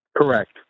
Correct